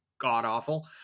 god-awful